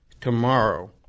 Tomorrow